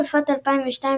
אלופת 2002,